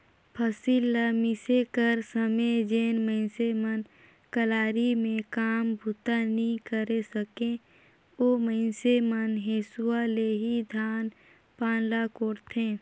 फसिल ल मिसे कर समे जेन मइनसे मन कलारी मे काम बूता नी करे सके, ओ मइनसे मन हेसुवा ले ही धान पान ल कोड़थे